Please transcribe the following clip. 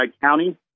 County